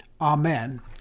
amen